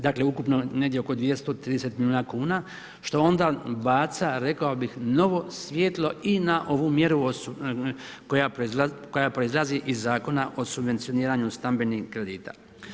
Dakle ukupno negdje oko 230 milijuna kuna što onda baca rekao bih, novo svjetlo i na ovu mjeru koja proizlazi iz Zakona o subvencioniranju stambenih kredita.